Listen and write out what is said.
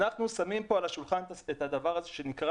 אנחנו שמים פה על השולחן את הדבר הזה שנקרא